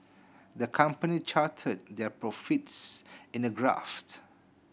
the company charted their profits in a graph